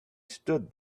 stood